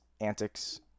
antics